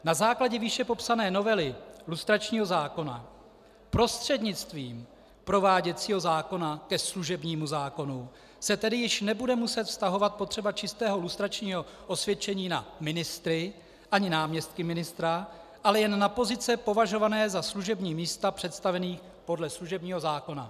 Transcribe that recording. Na základě výše popsané novely lustračního zákona prostřednictvím prováděcího zákona ke služebnímu zákonu se tedy již nebude muset vztahovat potřeba čistého lustračního osvědčení na ministry ani náměstky ministra, ale jen na pozice považované za služební místa představených podle služebního zákona.